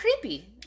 creepy